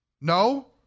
no